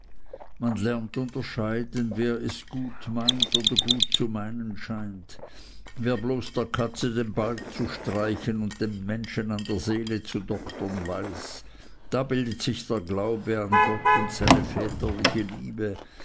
man lernt unterscheiden wer es gut meint oder gut zu meinen scheint wer bloß der katze den balg zu streichen oder den menschen an der seele zu doktern weiß da bildet sich der glaube an gott und seine väterliche liebe